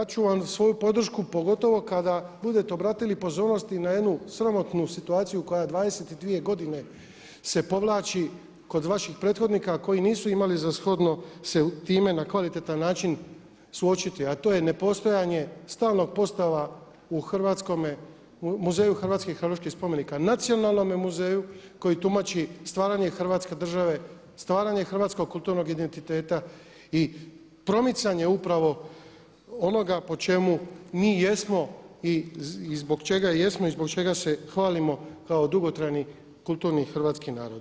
Dat ću vam svoju podršku pogotovo kada budete obratili pozornost i na jednu sramotnu situaciju koja 22 godine se povlači kod vaših prethodnika koji nisu imali za shodno se time na kvalitetan način suočiti, a to je ne postajanje stalnog postava u Muzeju hrvatskih arheoloških spomenika, Nacionalnome muzeju koji tumači stvaranje Hrvatske države, stvaranje hrvatskog kulturnog identiteta i promicanje upravo onoga po čemu mi jesmo i zbog čega jesmo i zbog čega se hvalimo kao dugotrajni kulturni hrvatski narod.